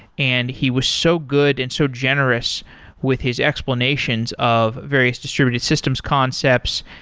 and he was so good and so generous with his explanations of various distributed systems concepts,